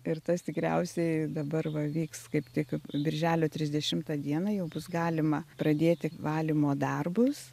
ir tas tikriausiai dabar va vyks kaip tik birželio trisdešimtą dieną jau bus galima pradėti valymo darbus